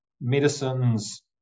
medicines